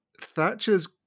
Thatcher's